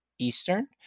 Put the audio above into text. Eastern